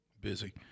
busy